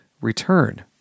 Return